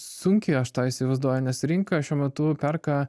sunkiai aš tą įsivaizduoju nes rinka šiuo metu perka